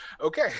Okay